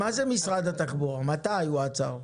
מתי הוא עצר?